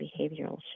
behavioral